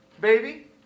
Baby